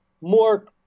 more